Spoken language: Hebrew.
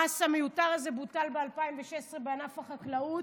המס המיותר הזה בוטל ב-2016 בענף החקלאות,